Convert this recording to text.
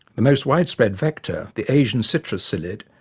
the most widespread vector, the asiatic citrus psyllid,